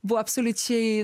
buvo absoliučiai